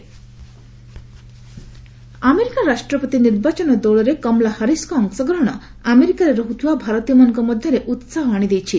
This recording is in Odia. ୟୁଏସ୍ ହାରିସ୍ ଆମେରିକା ରାଷ୍ଟ୍ରପତି ନିର୍ବାଚନ ଦୌଡ଼ରେ କମଲା ହାରିସ୍ଙ୍କ ଅଂଶଗ୍ରହଣ ଆମେରିକାରେ ରହ୍ରଥିବା ଭାରତୀୟମାନଙ୍କ ମଧ୍ୟରେ ଉତ୍ସାହ ଆଣିଦେଇଛି